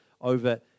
over